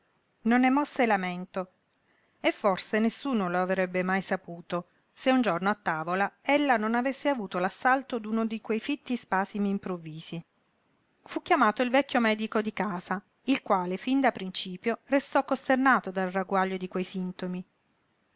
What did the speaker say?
respiro non ne mosse lamento e forse nessuno lo avrebbe mai saputo se un giorno a tavola ella non avesse avuto l'assalto d'uno di quei fitti spasimi improvvisi fu chiamato il vecchio medico di casa il quale fin da principio restò costernato dal ragguaglio di quei sintomi